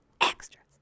Extras